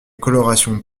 colorations